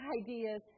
ideas